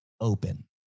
open